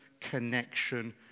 connection